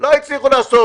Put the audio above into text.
לא הצליחו לעשות.